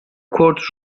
کورت